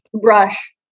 brush